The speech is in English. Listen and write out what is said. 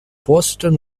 posted